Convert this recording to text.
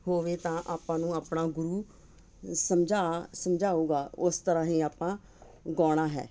ਹੋਵੇ ਤਾਂ ਆਪਾਂ ਨੂੰ ਆਪਣਾ ਗੁਰੂ ਸਮਝਾ ਸਮਝਾਊਗਾ ਉਸ ਤਰ੍ਹਾਂ ਹੀ ਆਪਾਂ ਗਾਉਣਾ ਹੈ